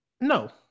No